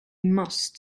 must